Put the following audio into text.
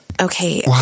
Okay